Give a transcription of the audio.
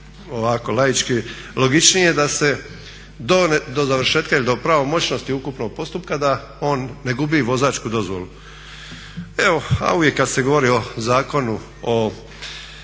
ovako laički logičnije da se do završetka ili do pravomoćnosti ukupnog postupka da on ne gubi vozačku dozvolu. A evo, a uvijek kad se govorio o Zakonu o